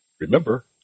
Remember